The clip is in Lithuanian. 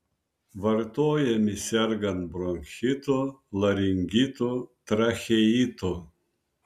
vartojami sergant bronchitu laringitu tracheitu